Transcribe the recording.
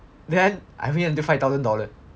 then I win until five thousand dollars